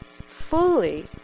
fully